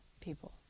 people